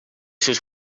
sus